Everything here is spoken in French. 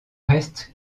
reste